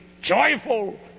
joyful